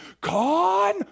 Con